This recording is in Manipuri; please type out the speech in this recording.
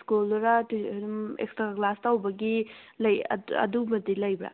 ꯁ꯭ꯀꯨꯜꯗꯀꯗꯤ ꯑꯗꯨꯝ ꯑꯦꯛꯁꯇ꯭ꯔꯥ ꯀ꯭ꯂꯥꯁ ꯇꯧꯕꯒꯤ ꯂꯩ ꯑꯗꯨꯝꯕꯗꯤ ꯂꯩꯕ꯭ꯔꯥ